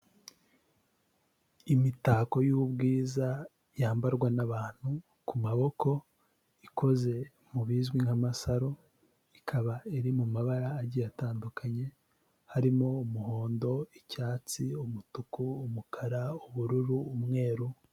Imitako y'ubwiza yambarwa n'abantu ku maboko, ikoze mubizwi nkamasaro, ikaba iri mumabara atandukanye, harimo umuhondo icyatsi, umutuku, umukara, ubururu, umweru.